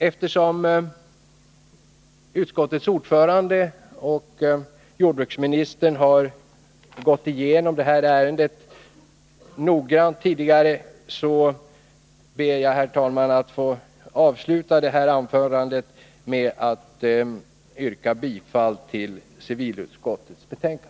Eftersom utskottets ordförande och jordbruksministern tidigare har gått igenom ärendet noggrant ber jag, herr talman, att få avsluta anförandet med att yrka bifall till civilutskottets hemställan.